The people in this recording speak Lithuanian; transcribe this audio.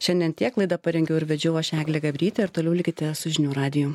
šiandien tiek laidą parengiau ir vedžiau aš eglė gabrytė ir toliau likite su žinių radiju